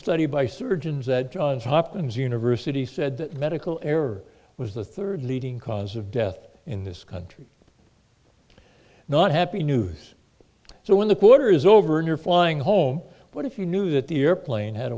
study by surgeons at johns hopkins university said that medical error was the third leading cause of death in this country not happy news so when the quarter is over and you're flying home but if you knew that the airplane had